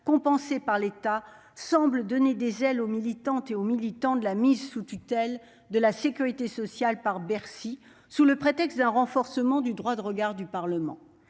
compensées par l'État, semblent donner des ailes aux militants de la mise sous tutelle de la sécurité sociale par Bercy, sous le prétexte de renforcer le droit de regard du Parlement.